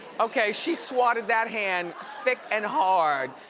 okay, she swatted that hand thick and hard.